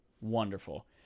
Wonderful